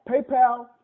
PayPal